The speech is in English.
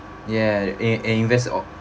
ya in~ invest or